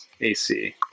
AC